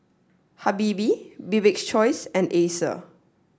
Habibie Bibik's choice and Acer